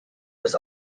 was